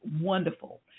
wonderful